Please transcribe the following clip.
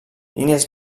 línies